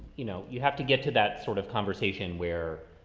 you know, you have to get to that sort of conversation where,